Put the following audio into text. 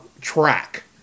track